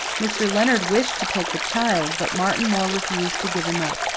mr. leonard wished to take the child, but martin moore refused to give him up.